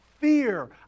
fear